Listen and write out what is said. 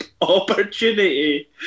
opportunity